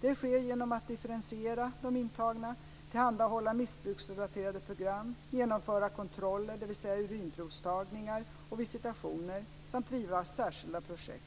Det sker genom att differentiera de intagna, tillhandahålla missbruksrelaterade program, genomföra kontroller, dvs. urinprovstagningar och visitationer, samt driva särskilda projekt.